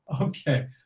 Okay